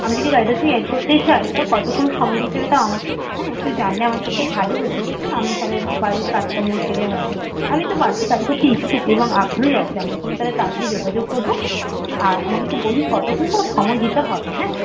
আমি যদি কাজটার সঙ্গে অ্যাড করতে চাই তাও কতক্ষণ সময় দিতে হবে তাও আমাকে হ্যাঁ একটু জানলে আমার পক্ষে ভালো হতো হ্যাঁ আমি তাহলে বাড়ির কাজকর্ম সেরে হয়তো আমি তো বাড়তি কাজ করতে ইচ্ছুক এবং আগ্রহী আছি আপনার সঙ্গে তাহলে তাড়াতাড়ি যোগাযোগ করবো আর আমাকে একটু বলুন কত ঘন্টা সময় দিতে হবে হ্যাঁ